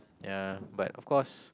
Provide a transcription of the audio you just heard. ya but of course